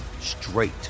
straight